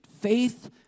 faith